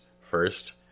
first